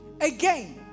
Again